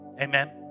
Amen